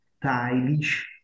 stylish